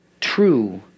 true